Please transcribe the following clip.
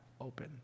open